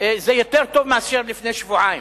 זה יותר טוב מאשר לפני שבועיים.